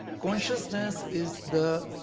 consciousness is the,